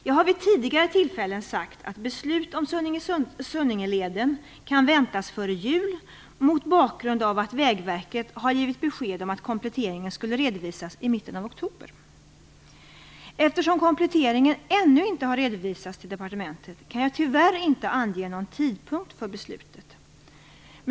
Jag har vid tidigare tillfällen sagt att beslut om Sunningeleden kan väntas före jul mot bakgrund av att Vägverket har givit besked om att kompletteringen skulle redovisas i mitten av oktober. Eftersom kompletteringen ännu inte har redovisats till departementet kan jag tyvärr inte ange någon tidpunkt för beslutet.